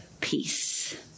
Peace